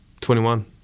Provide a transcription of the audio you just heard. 21